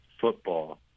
football